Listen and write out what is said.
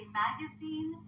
magazine